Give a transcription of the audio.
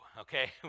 okay